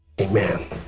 Amen